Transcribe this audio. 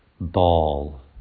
ball